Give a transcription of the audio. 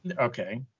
Okay